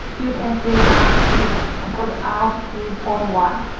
you can see that it was called out through port one.